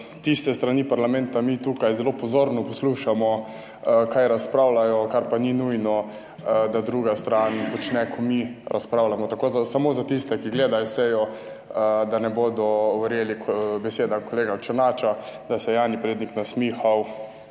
tiste strani parlamenta, mi tukaj zelo pozorno poslušamo, kaj razpravljajo, kar pa ni nujno, da druga stran počne, ko mi razpravljamo. Tako, da samo za tiste, ki gledajo sejo, da ne bodo verjeli besedam kolega Černača, da se je Jani Prednik nasmihal